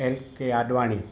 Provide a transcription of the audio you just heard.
LK Advani